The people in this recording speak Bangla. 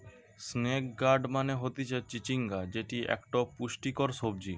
স্নেক গার্ড মানে হতিছে চিচিঙ্গা যেটি একটো পুষ্টিকর সবজি